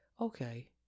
okay